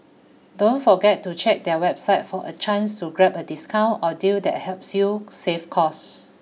don't forget to check their website for a chance to grab a discount or deal that helps you save cost